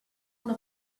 una